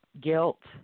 guilt